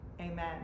Amen